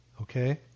okay